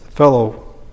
fellow